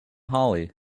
hollie